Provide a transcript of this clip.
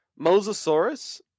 Mosasaurus